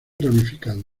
ramificado